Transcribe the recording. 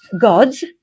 gods